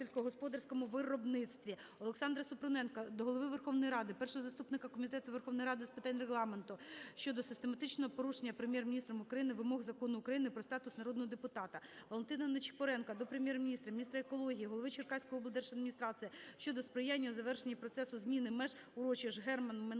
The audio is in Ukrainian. Олександра Супруненка до Голови Верховної Ради, першого заступника Комітету Верховної Ради з питань Регламенту щодо систематичного порушення Прем'єр-міністром України вимог Закону України про статус народного депутата. Валентина Ничипоренка до Прем'єр-міністра, міністра екології, голови Черкаської облдержадміністрації щодо сприяння у завершенні процесу зміни меж урочища "Герман"